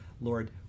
Lord